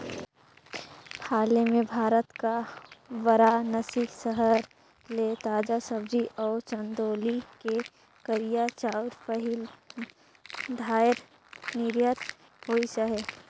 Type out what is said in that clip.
हाले में भारत कर बारानसी सहर ले ताजा सब्जी अउ चंदौली ले करिया चाँउर पहिल धाएर निरयात होइस अहे